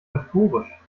euphorisch